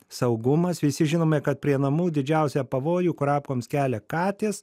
saugumas visi žinome kad prie namų didžiausią pavojų kurapkoms kelia katės